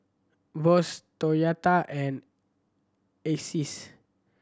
Bose Toyota and Asics